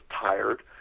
tired